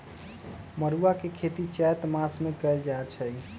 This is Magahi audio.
मरुआ के खेती चैत मासमे कएल जाए छै